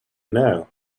now